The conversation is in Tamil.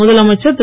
முதலமைச்சர் திரு